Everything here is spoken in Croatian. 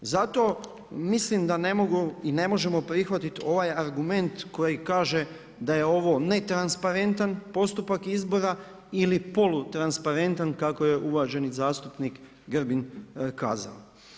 Zato mislim da ne mogu i ne možemo prihvatit ovaj argument koji kaže da je ovo netransparentan postupak izbora ili polu transparentan kako je uvaženi zastupnik Grbin kazao.